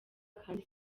kandi